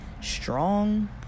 strong